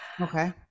Okay